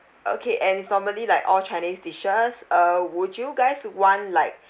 okay and it's normally like all chinese dishes uh would you guys want like